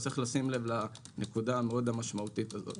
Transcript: אז יש לשים לב לנקודה המשמעותית הזאת.